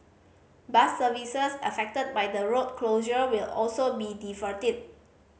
bus services affected by the road closure will also be diverted